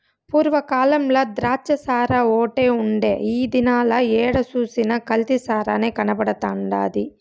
పూర్వ కాలంల ద్రాచ్చసారాఓటే ఉండే ఈ దినాల ఏడ సూసినా కల్తీ సారనే కనబడతండాది